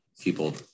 people